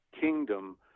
kingdom